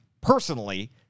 personally